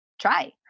try